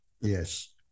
Yes